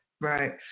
right